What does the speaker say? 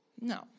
No